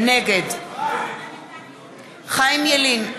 נגד חיים ילין,